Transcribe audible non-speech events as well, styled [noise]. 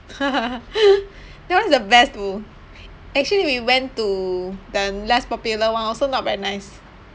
[laughs] that one is the best to actually we went to the less popular one also not very nice